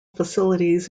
facilities